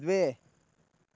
द्वे